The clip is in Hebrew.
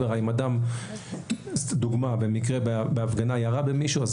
אם אדם במקרה בהפגנה ירה במישהו,